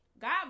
God